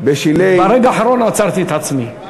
ברגע האחרון עצרתי את עצמי.